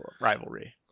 rivalry